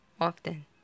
often